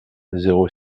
zéro